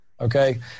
okay